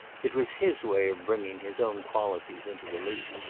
it was his way of bringing his own qualities into relief.